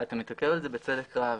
מתעכב על זה בצדק רב.